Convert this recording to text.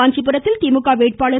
காஞ்சிபுரத்தில் திமுக வேட்பாளர் திரு